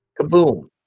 Kaboom